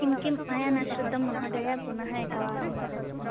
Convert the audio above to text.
किं किं मया न श्रुतं महोदय पुनः एकवारं वदतु